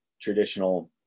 traditional